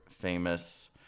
famous